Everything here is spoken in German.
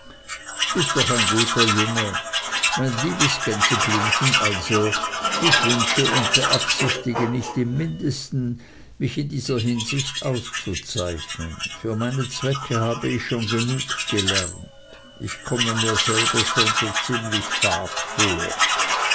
bist doch ein guter junge mein liebes gänseblümchen also ich wünsche und beabsichtige nicht im mindesten mich in dieser hinsicht auszuzeichnen für meine zwecke habe ich schon genug gelernt ich komme mir selber schon so ziemlich fad vor